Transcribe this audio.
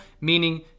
meaning